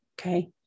Okay